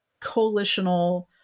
coalitional